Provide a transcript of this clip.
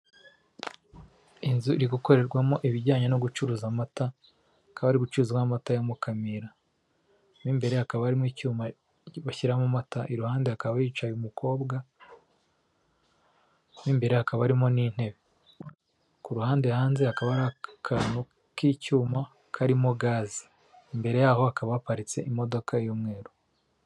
Inzu iri gukorerwamo ibijyanye no gucuruza amata hakaba hari gucururizwa amata ya Mukamira mo imbere hakaba harimo icyuma kibashyiramo amata iruhande hakaba hicaye umukobwa w'imbere hakaba harimo n'intebe kuruhande hanze hakaba hari akantu k'icyuma karimo gaze imbere yaho hakaba haparitse imodoka y'umweru.